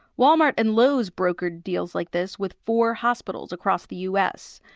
wal-mart and lowe's brokered deals like this with four hospitals across the u s.